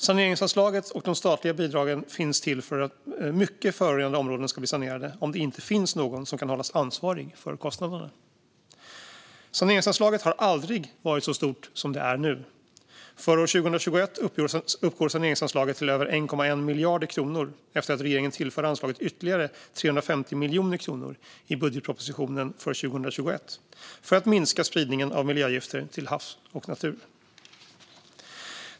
Saneringsanslaget och de statliga bidragen finns till för att mycket förorenade områden ska bli sanerade om det inte finns någon som kan hållas ansvarig för kostnaderna. Saneringsanslaget har aldrig varit så stort som det är nu. För 2021 uppgår saneringsanslaget till över 1,1 miljarder kronor efter att regeringen tillförde anslaget ytterligare 350 miljoner kronor i budgetpropositionen för 2021 för att minska spridning av miljögifter till havs och i naturen.